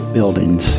Buildings